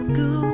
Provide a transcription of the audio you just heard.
go